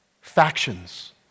factions